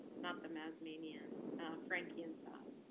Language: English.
not them as manian frankie inside,